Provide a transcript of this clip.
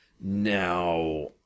Now